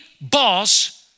boss